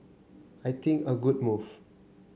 I think a good move